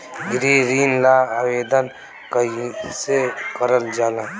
गृह ऋण ला आवेदन कईसे करल जाला?